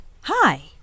hi